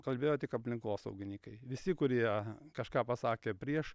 kalbėjo tik aplinkosauginykai visi kurie kažką pasakė prieš